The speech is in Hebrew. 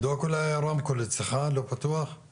במקום שוועדת התכנון המחוזית תתאים את תוכניות המתאר שהיא הגישה לשטח